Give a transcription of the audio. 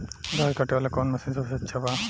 घास काटे वाला कौन मशीन सबसे अच्छा बा?